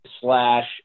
slash